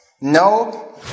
No